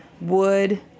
wood